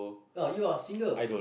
oh you are single